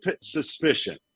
suspicion